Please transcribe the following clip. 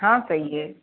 हाँ सही है